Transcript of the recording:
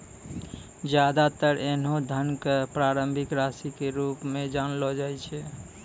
ज्यादातर ऐन्हों धन क प्रारंभिक राशि के रूप म जानलो जाय छै